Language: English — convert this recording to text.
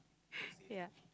ya